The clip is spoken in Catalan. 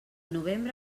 novembre